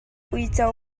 uico